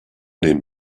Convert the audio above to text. den